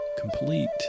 complete